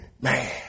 man